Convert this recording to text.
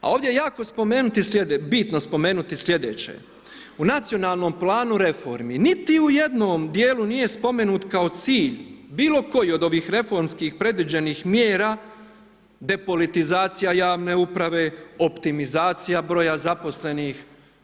A ovdje je jako bitno spomenuti sljedeće, u nacionalnom planu reformi niti u jednom dijelu nije spomenut kao cilj bilo koji od ovih reformskih predviđenih mjera depolitizacije javne uprave, optimizacija broja zaposlenih.